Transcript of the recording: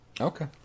Okay